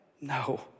No